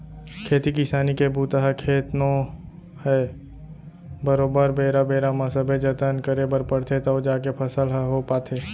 खेती किसानी के बूता ह खेत नो है बरोबर बेरा बेरा म सबे जतन करे बर परथे तव जाके फसल ह हो पाथे